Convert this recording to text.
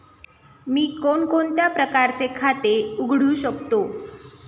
मी कोणकोणत्या प्रकारचे खाते उघडू शकतो?